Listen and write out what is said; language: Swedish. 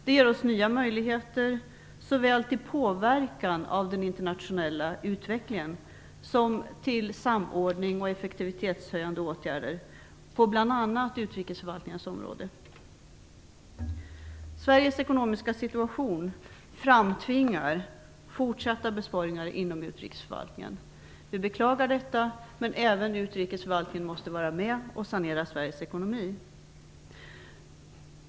Det ger oss nya möjligheter till såväl påverkan av den internationella utvecklingen som samordning och effektivitetshöjande åtgärder på bl.a. utrikesförvaltningens område. Sveriges ekonomiska situation framtvingar fortsatta besparingar inom utrikesförvaltningen. Vi beklagar detta, men även utrikesförvaltningen måste vara med och sanera Sveriges ekonomi.